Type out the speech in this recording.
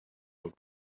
old